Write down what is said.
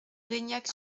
reignac